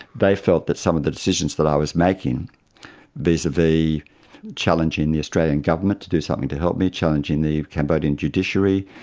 they felt that some of the decisions that i was making vis-a-vis challenging the australian government to do something to help me, challenging the cambodian judiciary,